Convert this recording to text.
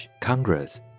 Congress